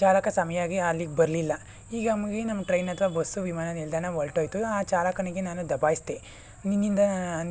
ಚಾಲಕ ಸರಿಯಾಗಿ ಅಲ್ಲಿಗೆ ಬರಲಿಲ್ಲ ಹೀಗಾಗಿ ನಮ್ಮ ಟ್ರೈನ್ ಅಥವಾ ಬಸ್ ವಿಮಾನ ನಿಲ್ದಾಣ ಹೊರಟೋಯ್ತು ಆ ಚಾಲಕನಿಗೆ ನಾನು ದಬಾಯಿಸಿದೆ ನಿನ್ನಿಂದ